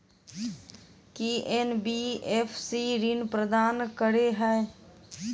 की NBFC ऋण प्रदान करे है?